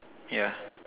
yeah